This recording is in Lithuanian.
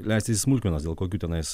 leistis į smulkmenas dėl kokių tenais